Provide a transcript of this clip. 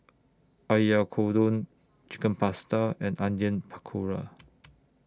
Oyakodon Chicken Pasta and Onion Pakora